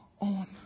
on